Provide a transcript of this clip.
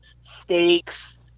steaks